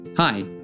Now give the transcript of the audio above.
Hi